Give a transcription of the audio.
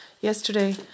Yesterday